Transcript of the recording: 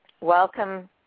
Welcome